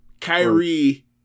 Kyrie